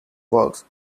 works